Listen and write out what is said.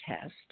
test